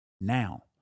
Now